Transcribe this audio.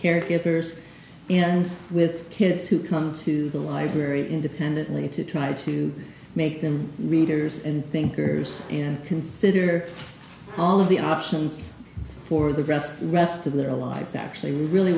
caregivers and with kids who come to the library independently to try to make them readers and thinkers and consider all of the options for the rest the rest of their lives actually really